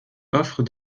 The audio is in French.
offrent